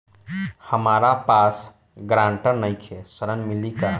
हमरा पास ग्रांटर नईखे ऋण मिली का?